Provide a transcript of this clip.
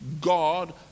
God